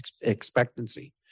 expectancy